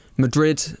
Madrid